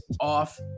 off